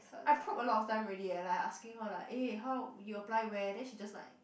I probe a lot of time already eh like I asking her like eh how you apply where then she just like